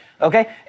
Okay